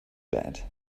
bed